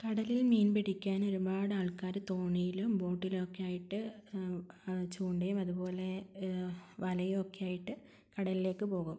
കടലിൽ മീൻ പിടിക്കാൻ ഒരുപാട് ആൾക്കാർ തോണിയിലും ബോട്ടിലും ഒക്കെയായിട്ട് ചൂണ്ടയും അതുപോലെ വലയും ഒക്കെയായിട്ട് കടലിലേയ്ക്ക് പോകും